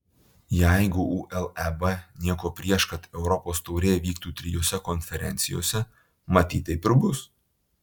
jeigu uleb nieko prieš kad europos taurė vyktų trijose konferencijose matyt taip ir bus